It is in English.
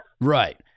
Right